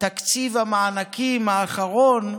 תקציב המענקים האחרון,